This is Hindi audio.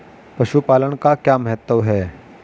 पशुपालन का क्या महत्व है?